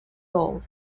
old